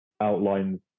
outlines